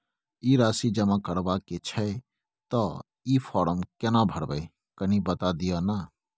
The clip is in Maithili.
ई राशि जमा करबा के छै त ई फारम केना भरबै, कनी बता दिय न?